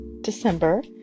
December